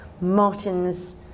Martin's